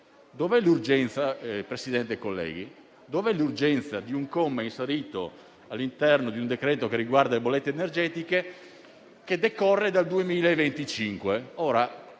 dov'è l'urgenza di un comma inserito all'interno di un decreto-legge che riguarda le bollette energetiche, con valenza a decorrere dal 2025?